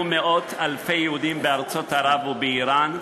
מאות אלפי יהודים בארצות ערב ובאיראן,